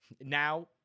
Now